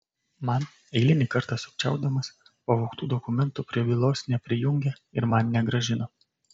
man eilinį kartą sukčiaudamas pavogtų dokumentų prie bylos neprijungė ir man negrąžino